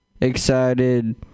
excited